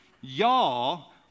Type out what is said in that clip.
y'all